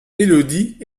élodie